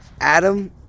Adam